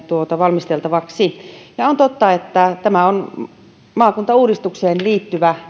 valmisteltavakseni on totta että tämä on maakuntauudistukseen liittyvä